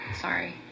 Sorry